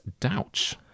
Douch